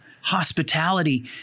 hospitality